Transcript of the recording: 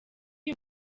uyu